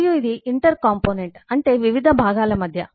మరియు ఇది inter component అంటే వివిధ భాగాల మధ్య